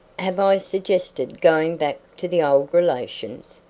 have i suggested going back to the old relations?